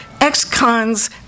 ex-cons